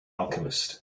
alchemist